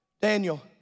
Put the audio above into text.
Daniel